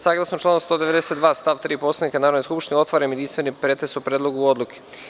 Saglasno članu 192. stav 3. Poslovnika Narodne skupštine, otvaram jedinstveni pretres o Predlogu odluke.